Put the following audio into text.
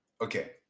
okay